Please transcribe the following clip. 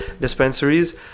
dispensaries